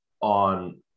on